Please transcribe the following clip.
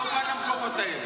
מה הוא בא למקומות האלה?